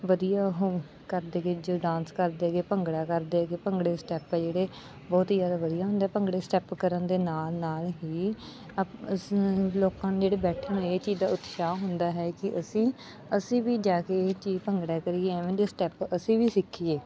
ਵਧੀਆ ਉਹ ਕਰਦੇ ਹੈਗੇ ਜਦੋਂ ਡਾਂਸ ਕਰਦੇ ਹੈਗੇ ਭੰਗੜਾ ਕਰਦੇ ਹੈਗੇ ਭੰਗੜੇ ਦੇ ਸਟੈਪ ਆ ਜਿਹੜੇ ਬਹੁਤ ਹੀ ਜ਼ਿਆਦਾ ਵਧੀਆ ਹੁੰਦੇ ਆ ਭੰਗੜੇ ਦੇ ਸਟੈਪ ਕਰਨ ਦੇ ਨਾਲ ਨਾਲ ਹੀ ਲੋਕਾਂ ਨੂੰ ਜਿਹੜੇ ਬੈਠੇ ਹੁੰਦੇ ਇਹ ਚੀਜ਼ ਉਤਸ਼ਾਹ ਹੁੰਦਾ ਹੈ ਕਿ ਅਸੀਂ ਅਸੀਂ ਵੀ ਜਾ ਕੇ ਇਹ ਚੀਜ਼ ਭੰਗੜਾ ਕਰੀਏ ਐਵੇਂ ਦੇ ਸਟੈਪ ਅਸੀਂ ਵੀ ਸਿੱਖੀਏ